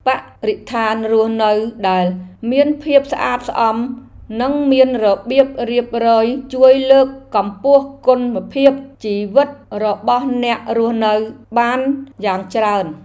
បរិស្ថានរស់នៅដែលមានភាពស្អាតស្អំនិងមានរបៀបរៀបរយជួយលើកកម្ពស់គុណភាពជីវិតរបស់អ្នករស់នៅបានយ៉ាងច្រើន។